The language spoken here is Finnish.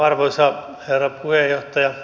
arvoisa herra puheenjohtaja